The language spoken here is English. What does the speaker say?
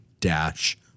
dash